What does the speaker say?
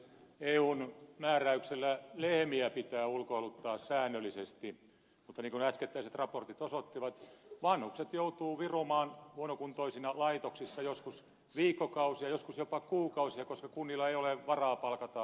eun määräyksellä lehmiä pitää ulkoiluttaa säännöllisesti mutta niin kuin äskettäiset raportit osoittivat vanhukset joutuvat virumaan huonokuntoisina laitoksissa joskus viikkokausia joskus jopa kuukausia koska kunnilla ei ole varaa palkata tarpeeksi hoitajia